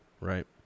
Right